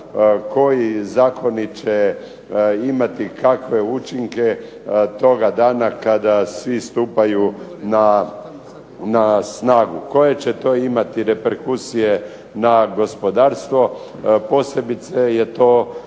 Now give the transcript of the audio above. koji zakoni će imati kakve učinke toga dana kada svi stupaju na snagu. Koje će to imati reperkusije na gospodarstvo. Posebice je to